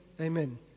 amen